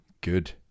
Good